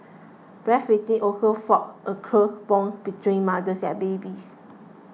breastfeeding also forges a close bond between mother and baby